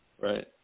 Right